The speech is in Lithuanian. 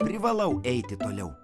privalau eiti toliau